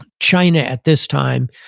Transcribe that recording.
and china, at this time,